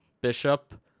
Bishop